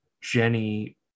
jenny